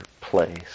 place